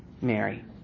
Mary